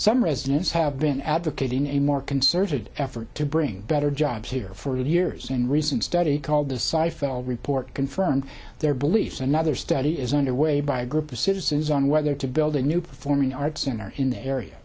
some residents have been advocating a more concerted effort to bring better jobs here for years and recent study called the saif el report confirmed their beliefs another study is underway by a group of citizens on whether to build a new performing arts center in the area